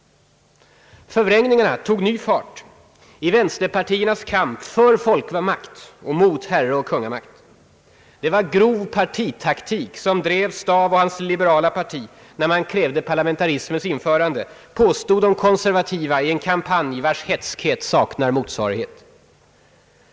Förvrängningarna tog ny fart i vänsterpartiernas kamp för folkmakt, mot herreoch kungamakt. Det var grov partitaktik som drev Staaff och hans liberala parti när man krävde parlamentarismens införande, påstod de konservativa i en kampanj vars hätskhet saknar motsvarighet.